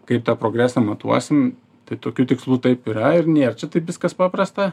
kaip tą progresą matuosim tai tokių tikslų taip yra ir nėr čia taip viskas paprasta